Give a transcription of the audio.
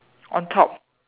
on top